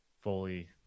fully